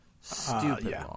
Stupid